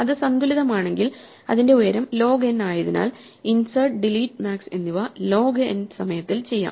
അത് സന്തുലിതമാണെങ്കിൽ അതിന്റെ ഉയരം ലോഗ് n ആയതിനാൽഇൻസെർട്ട് ഡിലീറ്റ് മാക്സ് എന്നിവ ലോഗ് n സമയത്തിൽ ചെയ്യാം